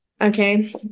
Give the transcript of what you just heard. Okay